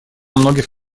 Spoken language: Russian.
многих